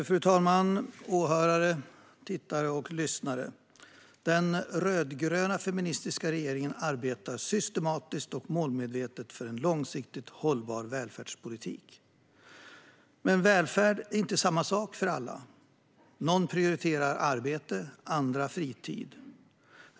Fru talman! Åhörare, tittare och lyssnare! Den rödgröna feministiska regeringen arbetar systematiskt och målmedvetet för en långsiktigt hållbar välfärdspolitik. Men välfärd är inte samma sak för alla. Någon prioriterar arbete, andra fritid.